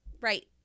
Right